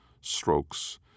strokes